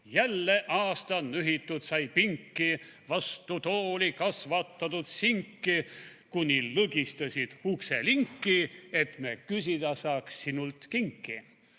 Jälle aasta nühitud sai pinki, / vastu tooli kasvatatud sinki, / kuni lõgistasid ukselinki, / et me küsida saaks sinult kinki